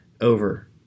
over